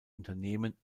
unternehmen